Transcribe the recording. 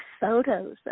photos